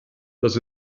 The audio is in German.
das